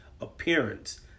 appearance